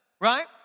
right